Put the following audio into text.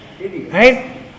Right